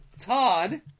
Todd